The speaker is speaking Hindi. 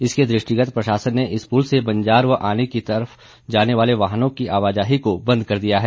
इसके दृष्टिगत प्रशासन ने इस पुल से बंजार व आनी की तरफ जाने वाले वाहनों की आवाजाही को बंद कर दिया है